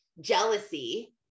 jealousy